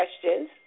questions